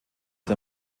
der